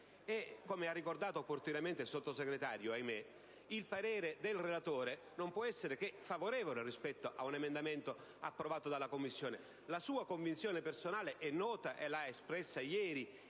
come ha ricordato opportunamente il Sottosegretario, ahimè, il parere del relatore non può essere che favorevole rispetto ad un emendamento approvato dalla Commissione. La sua convinzione personale è nota e l'ha espressa ieri